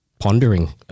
pondering